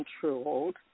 controlled